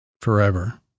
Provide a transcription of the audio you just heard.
forever